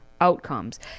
outcomes